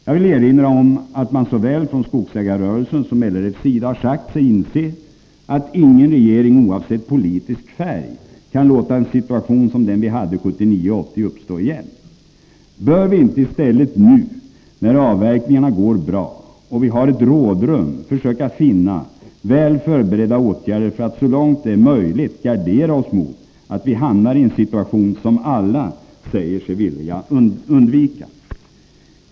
Jag vill erinra om att man såväl från skogsägarrörelsens som LRF:s sida har sagt sig inse att ingen regering, oavsett politisk färg, kan låta en situation som den vi hade 1979-1980 uppstå igen. Bör vi inte i stället nu, när avverkningarna går bra och vi har ett rådrum, försöka finna väl förberedda åtgärder för att så långt det är möjligt gardera oss mot att vi hamnar i en situation som alla säger sig vilja undvika?